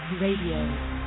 Radio